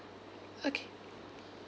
okay